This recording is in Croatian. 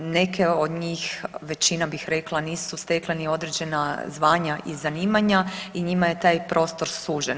Neke od njih većina bih rekla nisu stekle ni određena zvanja i zanimanja i njima je taj prostor sužen.